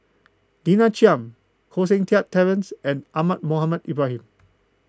Lina Chiam Koh Seng Kiat Terence and Ahmad Mohamed Ibrahim